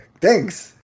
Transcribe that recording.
thanks